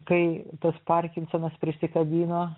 kai tas parkinsonas prisikabino